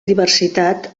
diversitat